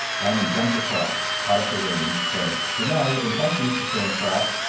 diamond jumped across, caught at the reins, said good-night, and thank you, mr. stonecrop,